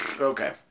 okay